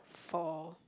for